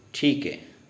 ठीक आहे